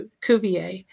Cuvier